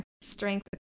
strength